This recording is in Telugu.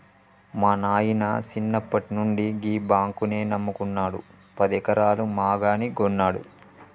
మా నాయిన సిన్నప్పట్నుండి గీ బాంకునే నమ్ముకున్నడు, పదెకరాల మాగాని గొన్నడు